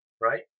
right